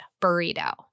burrito